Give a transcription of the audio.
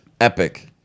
epic